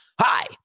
Hi